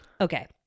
Okay